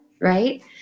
right